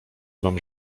wam